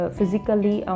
Physically